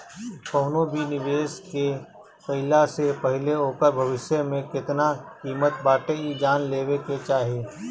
कवनो भी निवेश के कईला से पहिले ओकर भविष्य में केतना किमत बाटे इ जान लेवे के चाही